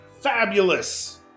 fabulous